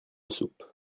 soupe